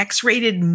X-rated